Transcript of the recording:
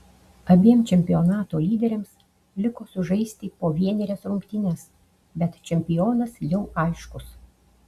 abiem čempionato lyderiams liko sužaisti po vienerias rungtynes bet čempionas jau aiškus